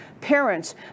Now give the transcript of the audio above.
parents